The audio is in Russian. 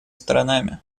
сторонами